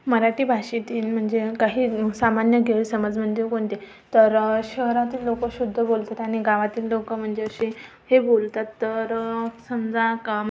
मराठी भाषेतील म्हणजे काही सामान्य गैरसमज म्हणजे कोणते तर शहरातील लोक शुद्ध बोलतात आणि गावातील लोक म्हणजे अशी हे बोलतात तर समजा काम